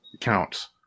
counts